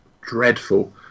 dreadful